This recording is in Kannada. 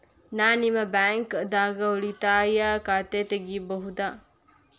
ನಾ ನಿಮ್ಮ ಬ್ಯಾಂಕ್ ದಾಗ ಉಳಿತಾಯ ಖಾತೆ ತೆಗಿಬಹುದ?